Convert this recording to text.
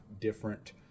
different